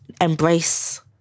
embrace